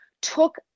took